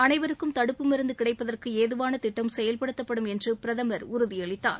அனைவருக்கும் தடுப்பு மருந்து கிடைப்பதற்கு ஏதுவான திட்டம் செயல்படுத்தப்படும் என்று பிரதமர் உறுதியளித்தார்